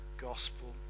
gospel